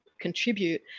contribute